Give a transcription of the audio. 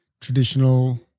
traditional